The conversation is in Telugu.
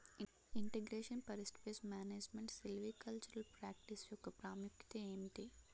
ఇంటిగ్రేషన్ పరిస్ట్ పేస్ట్ మేనేజ్మెంట్ సిల్వికల్చరల్ ప్రాక్టీస్ యెక్క ప్రాముఖ్యత ఏంటి